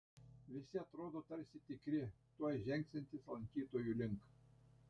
visi atrodo tarsi tikri tuoj žengsiantys lankytojų link